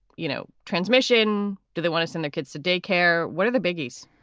you know, transmission? do they want to send their kids to daycare? what are the biggies?